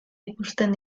ikusten